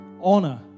honor